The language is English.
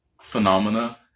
phenomena